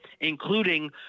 including